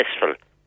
successful